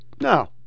No